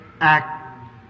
act